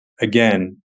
again